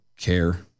care